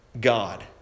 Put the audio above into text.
God